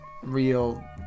Real